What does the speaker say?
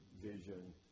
vision